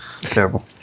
terrible